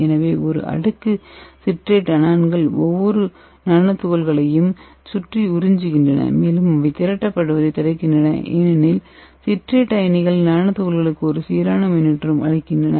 எனவே ஒரு அடுக்கு சிட்ரேட் அனான்கள் ஒவ்வொரு நானோ துகள்களையும் சுற்றி உறிஞ்சுகின்றன மேலும் அவை திரட்டப்படுவதைத் தடுக்கின்றன ஏனெனில் சிட்ரேட் அயனிகள் நானோ துகள்களுக்கு ஒரு சீரான மின்னூட்டம் அளிக்கின்றன